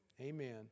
Amen